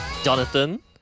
Jonathan